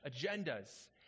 agendas